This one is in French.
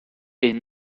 est